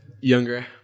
younger –